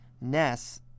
Ness